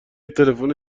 تلفن